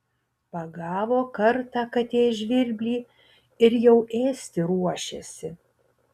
pagavo kartą katė žvirblį ir jau ėsti ruošiasi